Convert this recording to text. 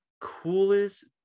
coolest